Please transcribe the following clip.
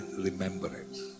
remembrance